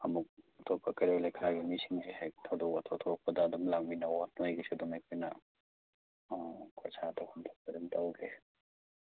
ꯑꯃꯨꯛ ꯑꯇꯣꯞꯄ ꯀꯩꯔꯣꯏ ꯂꯩꯀꯥꯏꯒꯤ ꯃꯤꯁꯤꯡꯁꯦ ꯍꯦꯛ ꯊꯧꯗꯣꯛ ꯋꯥꯊꯣꯛ ꯊꯣꯛꯂꯛꯄꯗ ꯑꯗꯨꯝ ꯂꯥꯛꯃꯤꯟꯅꯧꯑꯣ ꯅꯣꯏꯒꯤꯁꯨ ꯑꯗꯨꯝ ꯑꯩꯈꯣꯏꯅ ꯈꯣꯔꯁꯥꯗꯣ ꯑꯗꯨꯝ ꯇꯧꯒꯦ